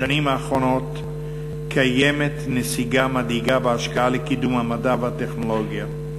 בשנים האחרונות קיימת נסיגה מדאיגה בהשקעה לקידום המדע והטכנולוגיה.